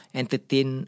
entertain